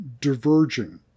diverging